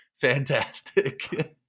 fantastic